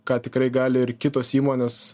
ką tikrai gali ir kitos įmonės